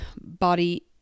body